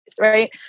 right